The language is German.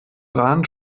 rahn